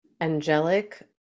angelic